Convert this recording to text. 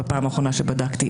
בפעם האחרונה שבדקתי,